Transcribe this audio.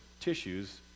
Tissues